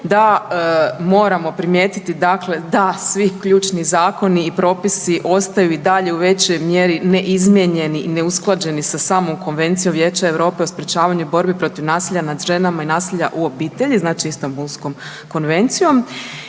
da moramo primijetiti dakle da svi ključni zakoni i propisi ostaju i dalje u većoj mjeri neizmijenjeni i neusklađeni sa samom Konvencije Vijeća Europe o sprječavanju i borbi protiv nasilja nad ženama i nasilja u obitelji, znači Istambulskom konvencijom